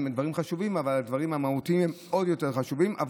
הם דברים חשובים אבל הדברים המהותיים עוד יותר חשובים.